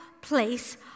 place